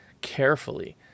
carefully